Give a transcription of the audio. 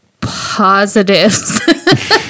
positives